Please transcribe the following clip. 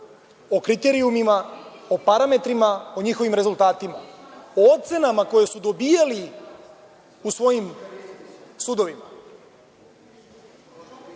o kriterijumima, o parametrima, o njihovim rezultatima, o ocenama koje su dobijali u svojim sudovima.